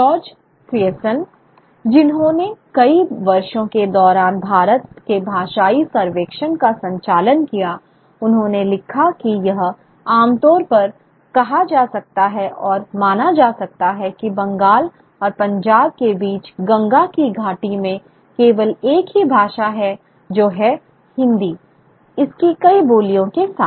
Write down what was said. George Grierson जिन्होंने कई वर्षों के दौरान भारत के भाषाई सर्वेक्षण का संचालन किया उन्होंने लिखा कि यह आमतौर पर कहा जाता है और माना जाता है कि बंगाल और पंजाब के बीच गंगा की घाटी में केवल एक ही भाषा है जो है हिंदी इसकी कई बोलियों के साथ